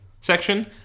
section